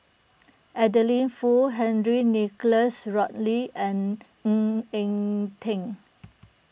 Adeline Foo Henry Nicholas Ridley and Ng Eng Teng